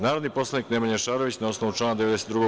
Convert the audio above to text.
Narodni poslanik Nemanja Šarović, na osnovu člana 92.